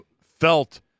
felt